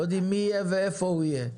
לא יודעים מי יהיה ואיפה הוא יהיה.